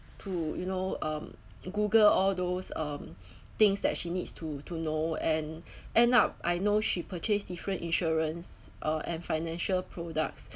to you know um google all those um things that she needs to to know and end up I know she purchased different insurance uh and financial products